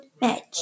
match